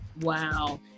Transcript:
Wow